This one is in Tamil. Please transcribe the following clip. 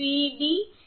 எனவே இது பாவம்